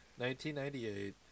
1998